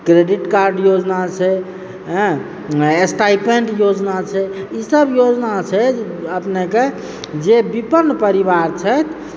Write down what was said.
credit card योजना छै stipend योजना छै ईसभ योजना छै अपनेके जे विपिन्न परिवार छथि